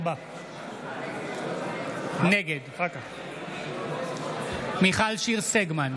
נגד מיכל שיר סגמן,